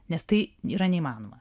nes tai yra neįmanoma